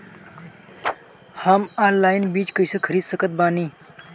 हम ऑनलाइन बीज कइसे खरीद सकत बानी?